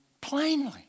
Plainly